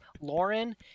lauren